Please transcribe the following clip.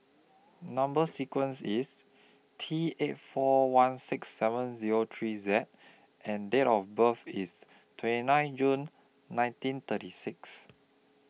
Number sequence IS T eight four one six seven Zero three Z and Date of birth IS twenty nine June nineteen thirty six